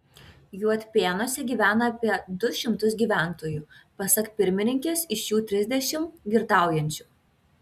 juodpėnuose gyvena apie du šimtus gyventojų pasak pirmininkės iš jų trisdešimt girtaujančių